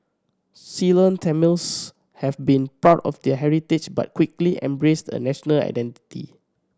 Ceylon Tamils had been proud of their heritage but quickly embraced a national identity